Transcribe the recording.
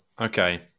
okay